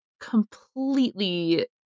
completely